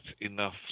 enough